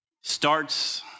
starts